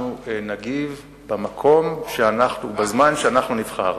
אנחנו נגיב במקום ובזמן שאנחנו נבחר.